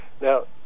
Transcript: now